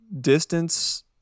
distance